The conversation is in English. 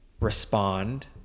respond